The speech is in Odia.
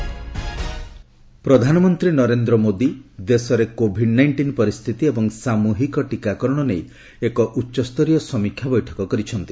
ପିଏମ୍ କୋଭିଡ୍ ପ୍ରଧାନମନ୍ତ୍ରୀ ନରେନ୍ଦ୍ର ମୋଦୀ ଦେଶରେ କୋଭିଡ୍ ନାଇଷ୍ଟିନ୍ ପରିସ୍ଥିତି ଏବଂ ସାମୁହିକ ଟିକାକରଣ ନେଇ ଏକ ଉଚ୍ଚସ୍ତରୀୟ ସମୀକ୍ଷା କରିଛନ୍ତି